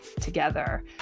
together